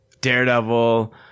Daredevil